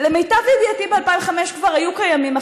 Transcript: למיטב ידיעתי, ב-2005 כבר היו קיימים מחשבים,